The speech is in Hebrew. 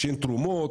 כשאין תרומות,